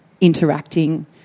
interacting